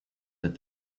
that